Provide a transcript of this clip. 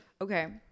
Okay